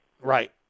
Right